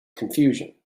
confusion